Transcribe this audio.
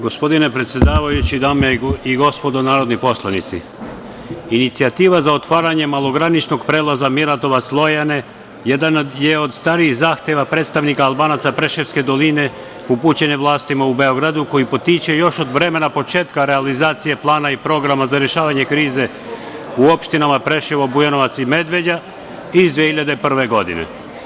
Gospodine predsedavajući, dame i gospodo narodni poslanici, inicijativa za otvaranje malograničnog prelaza Miratovac – Lojane jedan je od starijih zahteva predstavnika Albanaca Preševske doline upućen vlastima u Beogradu koji potiče još od vremena početka realizacije plana i programa za rešavanje krize u opštinama Preševo, Bujanovac i Medveđa iz 2001. godine.